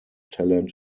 talent